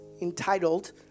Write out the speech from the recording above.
entitled